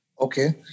Okay